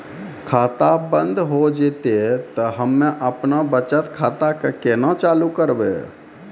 खाता बंद हो जैतै तऽ हम्मे आपनौ बचत खाता कऽ केना चालू करवै?